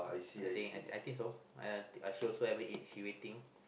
I think I think so uh she also haven't eat she waiting